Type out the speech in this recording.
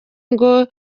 ngo